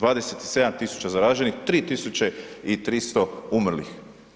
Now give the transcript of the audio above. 27 000 zaraženih, 3300 umrlih.